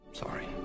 Sorry